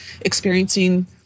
experiencing